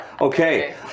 Okay